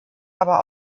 aber